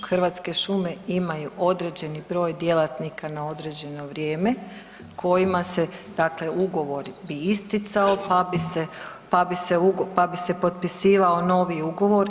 Hrvatske šume imaju određeni broj djelatnika na određeno vrijeme kojima se dakle ugovor bi isticao, pa bi se potpisivao novi ugovor.